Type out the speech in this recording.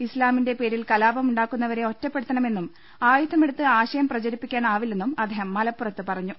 ഇസ്ലാമിന്റെ പേരിൽ കലാപമുണ്ടാക്കുന്നവരെ ഒറ്റപ്പെടുത്തണമെന്നും ആയു ധമെടുത്ത് ആശയം പ്രചരിപ്പിക്കാനാവില്ലെന്നും അദ്ദേഹം മലപ്പുറത്ത് പറഞ്ഞു